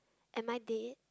and my day